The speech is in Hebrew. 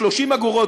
30 אגורות,